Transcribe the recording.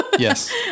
Yes